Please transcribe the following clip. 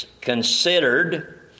considered